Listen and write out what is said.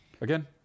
again